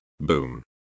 Boom